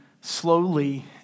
slowly